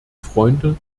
freunde